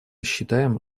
считаем